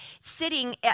sitting